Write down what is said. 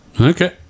Okay